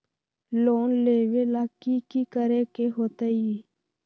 Loan लेबे ला की कि करे के होतई?